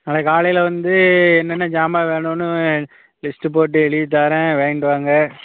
நாளைக்கு காலையில் வந்து என்னென்ன ஜாமான் வேணும்னு லிஸ்ட்டு போட்டு எழுதி தாரேன் வாய்ண்ட்டு வாங்க